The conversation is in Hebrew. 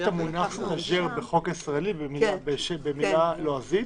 יש את המונח סטז'ר בחוק הישראלי במילה לועזית?